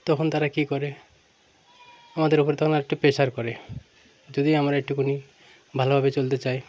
তখন তারা কী করে আমাদের ওপর তখন একটু প্রেশার করে যদি আমরা একটুখানি ভালোভাবে চলতে চাই